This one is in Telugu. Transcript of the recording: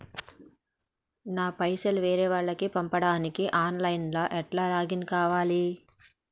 నా పైసల్ వేరే వాళ్లకి పంపడానికి ఆన్ లైన్ లా ఎట్ల లాగిన్ కావాలి?